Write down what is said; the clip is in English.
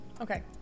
Okay